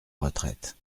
retraite